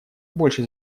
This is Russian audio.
больше